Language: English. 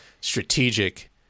strategic